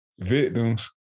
victims